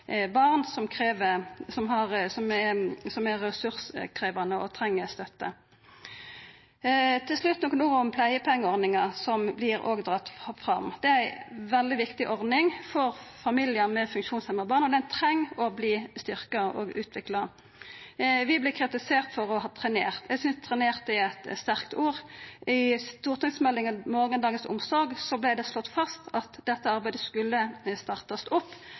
barn som er ressurskrevjande og treng støtte. Til slutt nokre ord om pleiepengeordninga, som òg vert dratt fram. Det er ei veldig viktig ordning for familiar med funksjonshemma barn, og ho treng å verta styrkt og utvikla. Vi vart kritiserte for å ha trenert. Eg synest «trenert» er eit sterkt ord. I stortingsmeldinga Morgendagens omsorg vart det slått fast at ein skulle starta opp dette arbeidet.